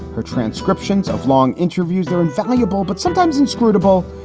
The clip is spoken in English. her transcriptions of long interviews are invaluable, but sometimes inscrutable.